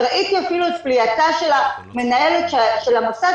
וראיתי אפילו את פליאתה של המנהלת של המוסד,